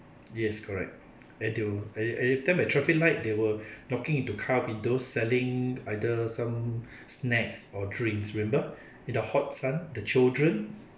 yes correct I do at the at the time at traffic light they were knocking into car windows selling either some snacks or drinks remember in the hot sun the children